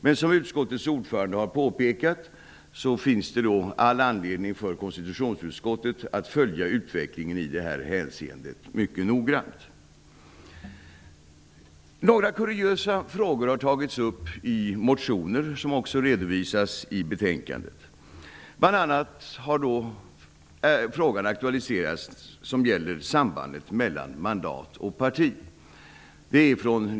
Men som utskottets ordförande har påpekat finns det all anledning för konstitutionsutskottet att följa utvecklingen i det hänseendet mycket noggrant. Några kuriösa frågor har tagits upp i motioner och redovisas i betänkandet. Bl.a. har frågan om sambandet mellan mandat och parti aktualiserats.